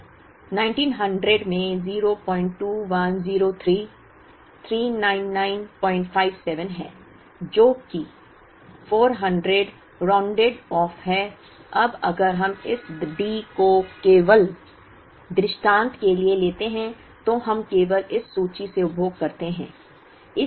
तो 1900 में 02103 39957 है जो कि 400 राउंडिड ऑफ है अब अगर हम इस D को केवल दृष्टांत के लिए लेते हैं तो हम केवल इस सूची से उपभोग करते हैं